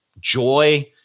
joy